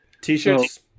T-shirts